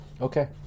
Okay